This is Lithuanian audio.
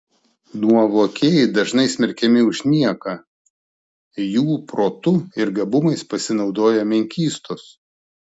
nuovokieji dažnai smerkiami už nieką jų protu ir gabumais pasinaudoja menkystos